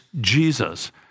Jesus